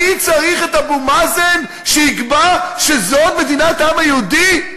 אני צריך את אבו מאזן שיקבע שזו מדינת העם היהודי?